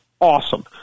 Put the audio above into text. Awesome